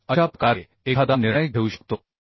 तर अशा प्रकारे एखादा निर्णय घेऊ शकतो